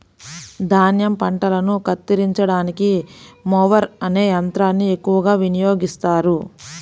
ధాన్యం పంటలను కత్తిరించడానికి మొవర్ అనే యంత్రాన్ని ఎక్కువగా వినియోగిస్తారు